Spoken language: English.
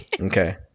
Okay